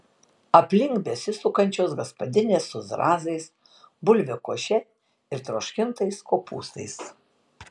aplink besisukančios gaspadinės su zrazais bulvių koše ir troškintais kopūstais